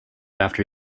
after